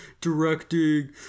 directing